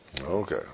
Okay